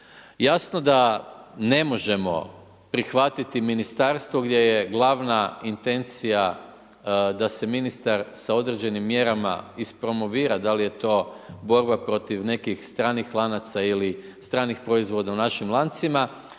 Jasno da ne možemo prihvatiti ministarstvo gdje je glavna intencija, da se ministar sa određenim mjerama ispromovira, da li je to borba protiv nekih stranih lanaca ili stranih proizvoda u našim lancima